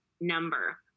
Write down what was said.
number